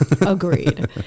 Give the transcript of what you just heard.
Agreed